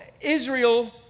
Israel